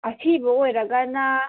ꯑꯁꯤꯕ ꯑꯣꯏꯔꯒꯅ